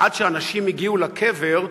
עד שהנשים הגיעו לקבר,